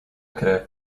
krew